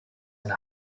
eine